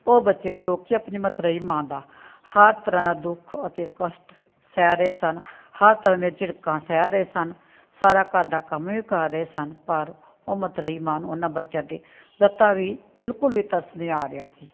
ਉਹ ਬੱਚੇ ਜੋ ਕਿ ਆਪਣੀ ਮਤਰੇਈ ਮਾਂ ਦਾ ਹਰ ਤਰ੍ਹਾਂ ਦਾ ਦੁੱਖ ਅਤੇ ਕਸ਼ਟ ਸਹਿ ਰਹੇ ਸਨ ਹਰ ਤਰ੍ਹਾਂ ਦੀਆਂ ਝਿੜਕਾਂ ਸਹਿ ਰਹੇ ਸਨ ਸਾਰਾ ਘਰ ਦਾ ਕੰਮ ਵੀ ਕਰ ਰਹੇ ਸਨ ਪਰ ਉਹ ਮਤਰੇਈ ਮਾਂ ਉਹਨਾਂ ਬੱਚਿਆਂ 'ਤੇ ਰੱਤਾ ਵੀ ਬਿਲਕੁਲ ਵੀ ਤਰਸ ਨਹੀਂ ਆ ਰਿਹਾ ਸੀ